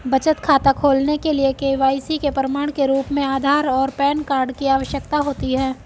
बचत खाता खोलने के लिए के.वाई.सी के प्रमाण के रूप में आधार और पैन कार्ड की आवश्यकता होती है